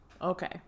Okay